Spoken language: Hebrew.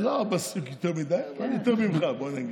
לא עסוק בזה יותר מדי, אבל יותר ממך, בוא נגיד.